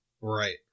Right